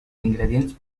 ingredients